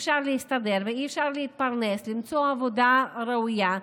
ואי-אפשר להתפרנס ולמצוא עבודה ראויה.